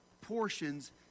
portions